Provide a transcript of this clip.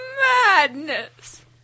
madness